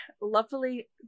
lovely